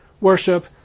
worship